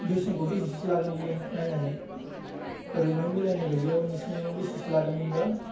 बेसेनखौ बेसेसो लागोन बियो नायनानै ओरैनो मिलायनाय बायदियाव नोंसिनियाव बेसेसो लादोंमोनबा